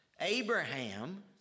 Abraham